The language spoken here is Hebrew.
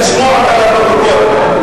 לשמוע לפרוטוקול.